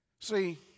See